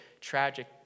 tragic